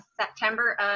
September